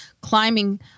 climbing